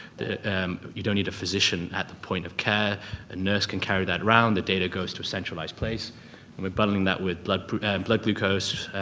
you don't need a physician at the point of care. a nurse can carry that around. the data goes to a centralized place and we're bundling that with blood blood glucose,